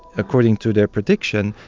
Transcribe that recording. according to their prediction,